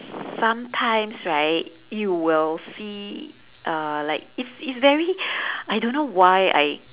sometimes right you will see uh like it's it's very I don't know why I